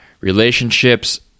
relationships